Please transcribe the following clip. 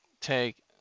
take